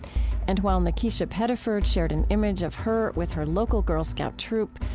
and while ny'kisha pettiford shared an image of her with her local girl scout troop,